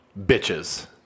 bitches